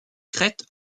crête